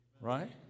Right